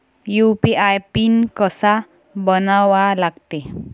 UPI pin कसा बनवा लागते?